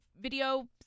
video